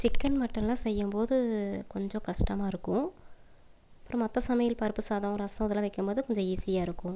chicken மட்டன்லாம் செய்யும்போது கொஞ்சம் கஷ்டமா இருக்கும் அப்புறம் மற்ற சமையல் பருப்பு சாதம் ரசம் இதெல்லாம் வைக்கும்போது கொஞ்சம் ஈஸியாக இருக்கும்